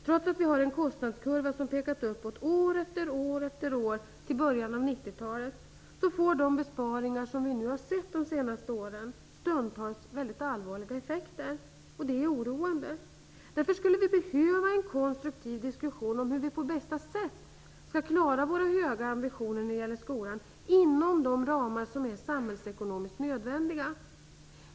Trots att vi har en kostnadskurva som år efter år fram till början av 90 talet har pekat uppåt, får de besparingar som vi nu har sett de senaste åren stundtals mycket allvarliga effekter. Det är oroande. Därför skulle vi behöva en konstruktiv diskussion om hur vi på bästa sätt skall klara våra höga ambitioner när det gäller skolan inom de ramar som är samhällsekonomiskt nödvändiga.